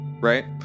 right